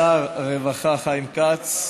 שר הרווחה חיים כץ,